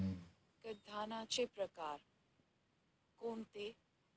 कडधान्याचे प्रकार कोणते?